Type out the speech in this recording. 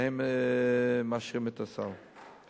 והם מאשרים את הסל.